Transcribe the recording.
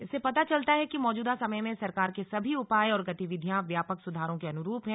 इससे पता चलता है कि मौजूदा समय में सरकार के सभी उपाय और गतिविधियां व्यापक सुधारों के अनुरूप हैं